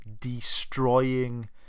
destroying